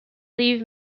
live